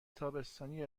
تابستانی